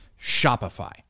Shopify